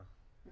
זה